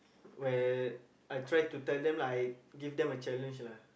when I try to tell them lah I give them a challenge lah